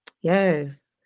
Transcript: Yes